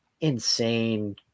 insane